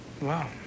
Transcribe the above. Wow